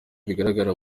bigaragara